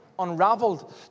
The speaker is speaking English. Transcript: Unraveled